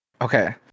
Okay